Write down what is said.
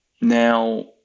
now